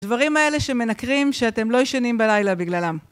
דברים האלה שמנקרים שאתם לא ישנים בלילה בגללם.